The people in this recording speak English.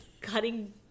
cutting